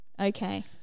Okay